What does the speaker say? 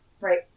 Right